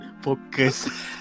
Focus